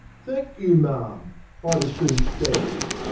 thank you, ma'am i'd as soon stand.